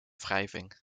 wrijving